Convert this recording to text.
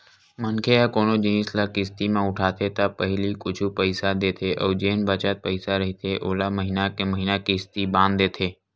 मनखे ह कोनो जिनिस ल किस्ती म उठाथे त पहिली कुछ पइसा देथे अउ जेन बचत पइसा रहिथे ओला महिना के महिना किस्ती बांध देथे